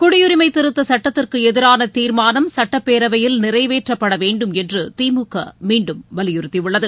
குடியுரிமை திருத்தச் சட்டத்திற்கு எதிரான தீர்மானம் சட்டப்பேரவையில் நிறைவேற்றப்பட வேண்டும் என்று திமுக மீண்டும் வலியுறுத்தியுள்ளது